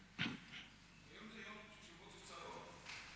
היום זה יום תשובות קצרות.